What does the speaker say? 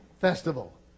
festival